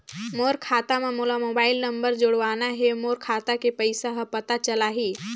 मोर खाता मां मोला मोबाइल नंबर जोड़वाना हे मोर खाता के पइसा ह पता चलाही?